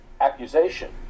accusation